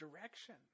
direction